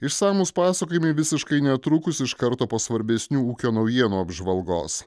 išsamūs pasakojimai visiškai netrukus iš karto po svarbesnių ūkio naujienų apžvalgos